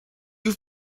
have